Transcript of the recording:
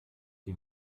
die